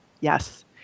Yes